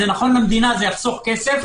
זה נכון למדינה יחסוף כסף,